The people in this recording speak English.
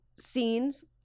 scenes